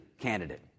candidate